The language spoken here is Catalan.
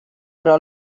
però